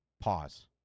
pause